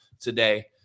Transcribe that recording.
today